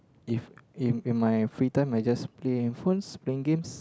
if in in my free time I just play phones play games